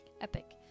Epic